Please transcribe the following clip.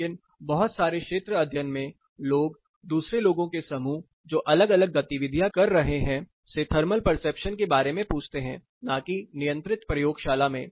लेकिन बहुत सारे क्षेत्र अध्ययन में लोग दूसरे लोगों के समूह जो अलग अलग गतिविधियां कर रहे हैं से थर्मल परसेप्शन के बारे में पूछते हैं ना कि नियंत्रित प्रयोगशाला में